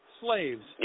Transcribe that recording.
slaves